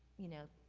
you know,